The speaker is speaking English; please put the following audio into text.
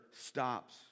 stops